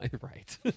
Right